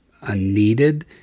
unneeded